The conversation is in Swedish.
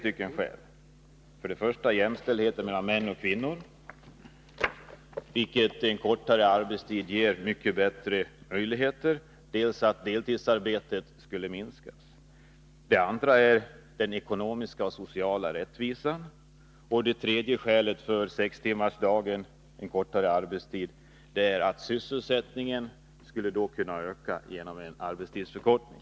Det ger större möjligheter till jämställdhet mellan män och kvinnor, och deltidsarbetet kan därmed minskas. 2. Det ger ekonomisk och social rättvisa. 3. Sysselsättningen skulle kunna öka genom en arbetstidsförkortning.